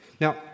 Now